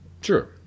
Sure